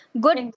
good